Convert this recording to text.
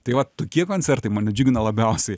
tai va tokie koncertai mane džiugina labiausiai